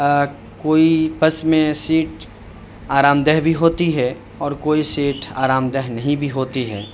کوئی بس میں سیٹ آرام دہ بھی ہوتی ہے اور کوئی سیٹ آرام دہ نہیں بھی ہوتی ہے